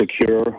secure